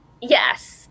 Yes